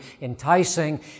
enticing